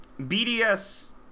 BDS